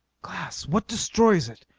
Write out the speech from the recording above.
glass. what destroys it?